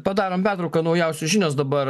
padarom pertrauką naujausios žinios dabar